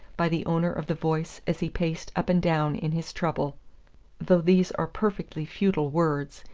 by the owner of the voice as he paced up and down in his trouble though these are perfectly futile words,